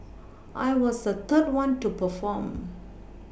I was the third one to perform